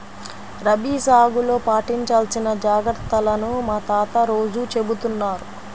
రబీ సాగులో పాటించాల్సిన జాగర్తలను మా తాత రోజూ చెబుతున్నారు